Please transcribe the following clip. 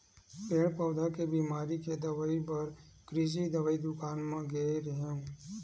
पेड़ पउधा के बिमारी के दवई बर कृषि दवई दुकान म गे रेहेंव